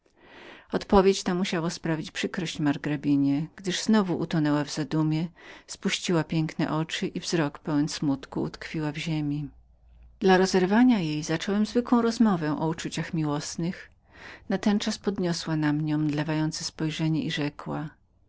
odpowiedź ta musiała sprawić przykrość margrabinie gdyż znowu utonęła w dumaniach spuściła piękne oczy i wzrok pełen smutku utkwiła w ziemi dla rozerwania jej zacząłem zwykłą rozmowę o uczuciach miłosnych natenczas podniosła na mnie omdlewające spojrzenia i rzekła